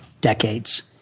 decades